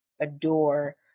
adore